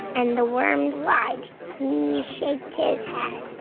and the worm lied. he shaked his head.